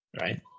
right